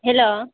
hello